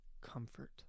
comfort